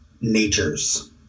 natures